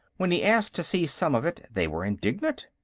when he asked to see some of it, they were indignant.